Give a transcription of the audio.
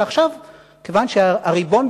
ומכיוון שהריבון,